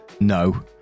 no